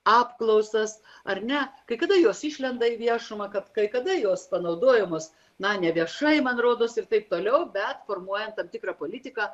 apklausas ar ne kai kada jos išlenda į viešumą kad kai kada jos panaudojamos na neviešai man rodos ir taip toliau bet formuojant tam tikrą politiką